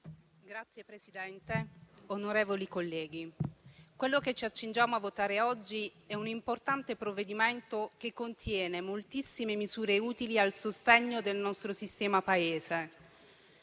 Signor Presidente, onorevoli colleghi, quello che ci accingiamo a votare oggi è un importante provvedimento che contiene moltissime misure utili al sostegno del nostro sistema Paese.